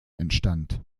entstand